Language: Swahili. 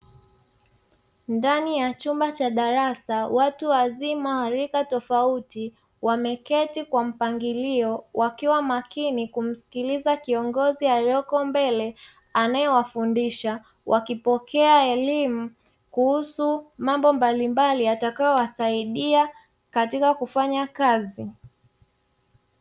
Ndani ya chumba cha darasa. Watu wazima wa rika tofauti, wameketi kwa mpangilio, wakiwa makini kumsikiliza kiongozi aliyepo mbele, anayewafundisha. Wakipokea elimu kuhusu mambo mbalimbali yatakayowasaidia katika kufanya kazi.